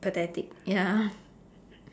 pathetic ya